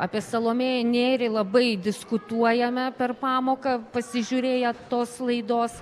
apie salomėją nėrį labai diskutuojame per pamoką pasižiūrėję tos laidos